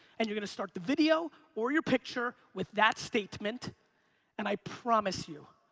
and you're gonna start the video or your picture with that statement and i promise you,